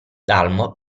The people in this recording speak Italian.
dalmor